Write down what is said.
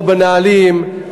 או בנהלים,